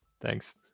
Thanks